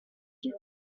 you